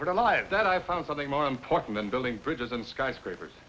a life that i found something more important than building bridges and skyscrapers